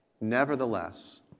Nevertheless